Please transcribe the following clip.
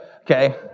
okay